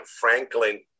Franklin